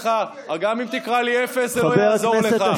גם אם תקרא לי "אפס" זה לא יעזור לך.